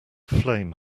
flame